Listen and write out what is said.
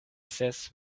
ses